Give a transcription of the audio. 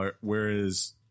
whereas